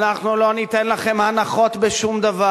אנחנו לא ניתן לכם הנחות בשום דבר.